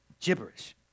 Gibberish